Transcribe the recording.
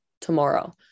tomorrow